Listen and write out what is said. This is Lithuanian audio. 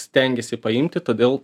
stengiasi paimti todėl